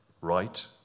right